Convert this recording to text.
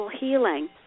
healing